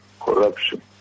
corruption